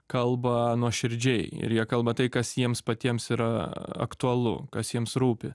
kalba nuoširdžiai ir jie kalba tai kas jiems patiems yra aktualu kas jiems rūpi